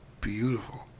Beautiful